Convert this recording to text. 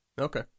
Okay